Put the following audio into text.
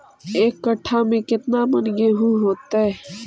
एक कट्ठा में केतना मन गेहूं होतै?